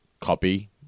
copy